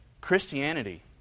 Christianity